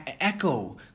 echo